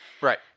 Right